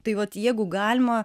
tai vat jeigu galima